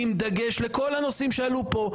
עם דגש לכל הנושאים שעל פה.